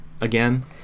again